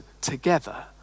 together